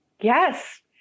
Yes